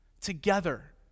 together